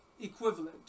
equivalent